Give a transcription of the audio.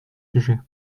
sujet